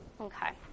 okay